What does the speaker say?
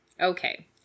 Okay